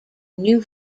new